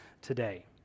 today